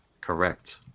Correct